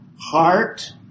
heart